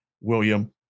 William